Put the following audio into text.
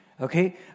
Okay